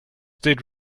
did